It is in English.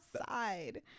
outside